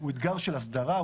הוא אתגר של הסדרה,